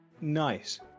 Nice